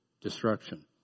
destruction